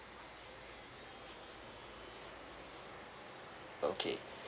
okay